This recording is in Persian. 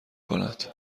کند